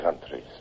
countries